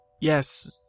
yes